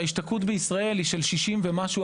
שההשתקעות בישראל היא של 60% ומשהו